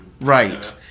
Right